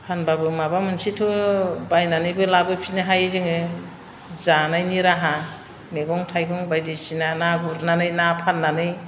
फानब्लाबो माबा मोनसेथ' बायनानैबो लाबोफिननो हायो जोङो जानायनि राहा मैगं थाइगं बायदिसिना ना गुरनानै ना फाननानै